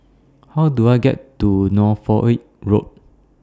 How Do I get to Norfolk Road